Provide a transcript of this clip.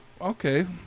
okay